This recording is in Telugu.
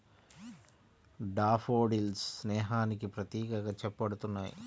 డాఫోడిల్స్ స్నేహానికి ప్రతీకగా చెప్పబడుతున్నాయి